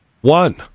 One